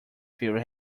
theory